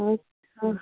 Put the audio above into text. आनी सांग